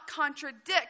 contradict